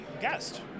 guest